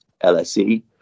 LSE